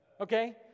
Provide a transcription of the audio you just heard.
okay